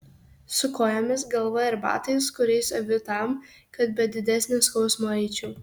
su kojomis galva ir batais kuriais aviu tam kad be didesnio skausmo eičiau